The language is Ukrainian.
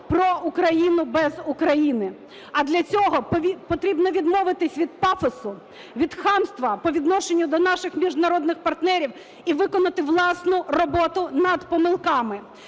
про Україну без України. А для цього потрібно відмовитись від пафосу, від хамства по відношенню до наших міжнародних партнерів і виконати власну роботу над помилками,